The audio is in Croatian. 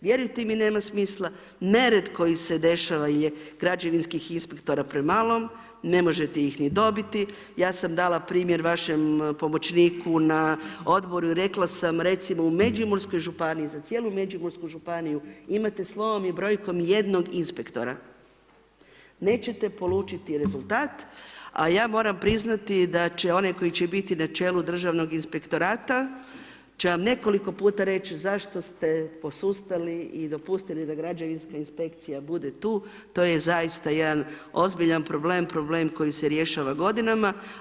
Vjerujte mi, nema smisla, nered koji se dešava je građevinskih inspektora premalo, ne možete ih ni dobiti, ja sam dala primjer vašem pomoćniku na odboru i rekla sam recimo u Međimurskoj županiji, za cijelu Međimursku županiju, imate slovom i brojkom jednog inspektora, nećete polučiti rezultat ja moram priznati da će onaj koji će biti na čelu Državnog inspektorata će vam nekoliko puta reći zašto sete posustali i dopustili da građevinska inspekcija bude tu, to je zaista jedan ozbiljan problem, problem koji se rješava godinama.